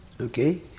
Okay